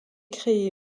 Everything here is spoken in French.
créé